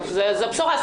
זו בשורה.